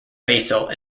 basal